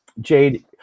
Jade